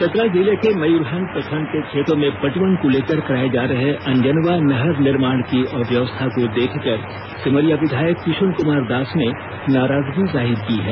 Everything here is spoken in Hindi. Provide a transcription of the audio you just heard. चतरा जिले के मयूरहंड प्रखंड के खेतों में पटवन को लेकर कराए जा रहे अंजनवा नहर निर्माण की अव्यवस्था को देखकर सिमरिया विधायक किशुन कुमार दास ने नाराजगी जाहिर की है